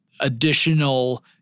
additional